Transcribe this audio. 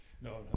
No